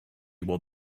will